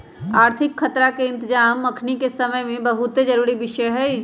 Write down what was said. आर्थिक खतरा के इतजाम अखनीके समय में बहुते जरूरी विषय हइ